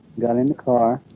got in the car